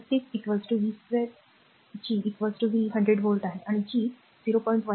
तर तीच V2G v 100 volt आहे आणि G 0